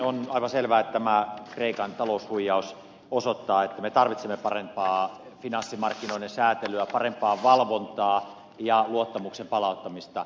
on aivan selvää että tämä kreikan taloushuijaus osoittaa että me tarvitsemme parempaa finanssimarkkinoiden säätelyä parempaa valvontaa ja luottamuksen palauttamista